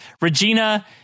regina